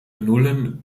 nullen